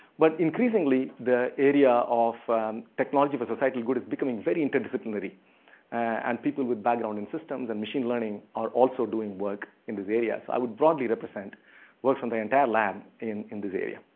but increasingly, the area of technology for societal good is becoming very interdisciplinary and people with background in systems and machine learning are also doing work in these areas. so, i would broadly represent work from the entire lab in in this area.